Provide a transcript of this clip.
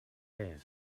hair